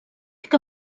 que